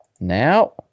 now